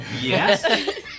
Yes